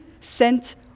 sent